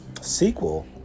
sequel